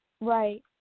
Right